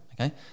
Okay